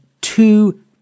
two